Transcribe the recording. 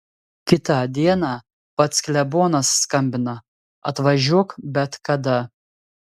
kitą dieną pats klebonas skambina atvažiuok bet kada